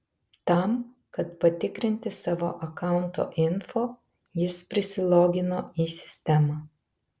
tam kad patikrinti savo akaunto info jis prisilogino į sistemą